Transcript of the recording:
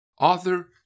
author